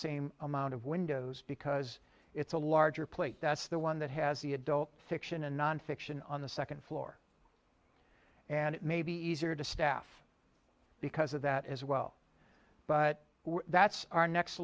same amount of windows because it's a larger plate that's the one that has the adult fiction and nonfiction on the second floor and it may be easier to staff because of that as well but that's our next